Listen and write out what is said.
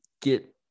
get